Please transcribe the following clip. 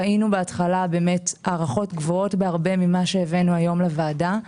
ראינו בהתחלה הערכות גבהות בהרבה ממה שהבאנו היום לוועדה.